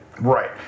Right